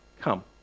come